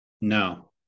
No